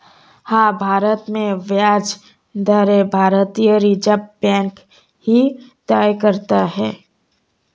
हाँ, भारत में ब्याज दरें भारतीय रिज़र्व बैंक ही तय करता है